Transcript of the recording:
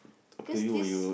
cause this